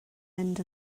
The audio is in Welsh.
mynd